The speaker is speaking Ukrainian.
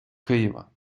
києва